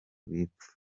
bipfuza